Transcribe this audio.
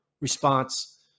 response